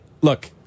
Look